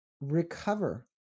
recover